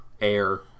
Air